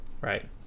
Right